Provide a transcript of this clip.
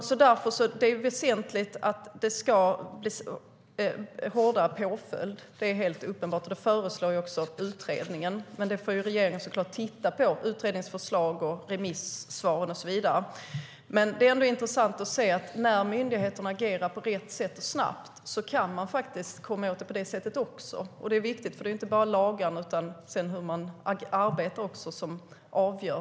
Det är helt uppenbart att påföljden behöver bli hårdare. Det föreslår också utredningen, men regeringen får såklart titta på utredningens förslag, remissvaren och så vidare. Det är intressant att se att när myndigheten agerar snabbt och på rätt sätt kan man komma åt bedrägerierna, vilket är viktigt. Det handlar inte bara om lagarna utan också om hur man arbetar.